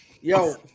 Yo